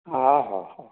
ଅ ହ ହ